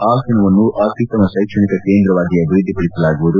ಹಾಸನವನ್ನು ಅತ್ಯುತ್ತಮ ಶೈಕ್ಷಣಿಕ ಕೇಂದ್ರವಾಗಿ ಅಭಿವೃದ್ಧಿಪಡಿಸಲಾಗುವುದು